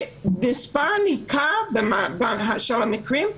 במספר ניכר של המקרים,